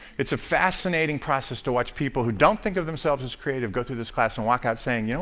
it's a fascinating process to watch people who don't think of themselves as creative go through this class and walk out saying, you